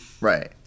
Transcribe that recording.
right